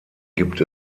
gibt